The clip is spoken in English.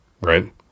Right